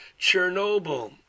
Chernobyl